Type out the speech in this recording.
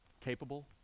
capable